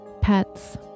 pets